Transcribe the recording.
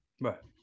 Right